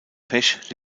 pesch